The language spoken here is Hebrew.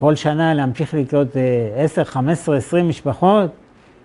כל שנה להמשיך לקלוט 10, 15, 20 משפחות.